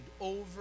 over